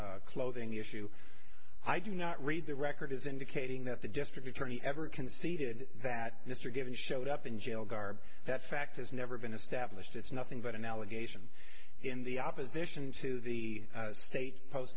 clothing issue i do not read the record as indicating that the district attorney ever conceded that mr given showed up in jail garb that fact has never been established it's nothing but an allegation in the opposition to the state post